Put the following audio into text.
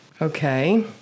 okay